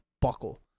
buckle